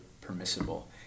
permissible